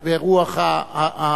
זה רוח הוויכוח,